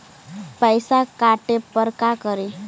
पैसा काटे पर का करि?